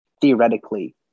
theoretically